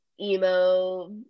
emo